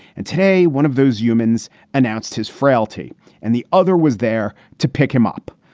and today, one of those humans announced his frailty and the other was there to pick him up.